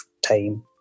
time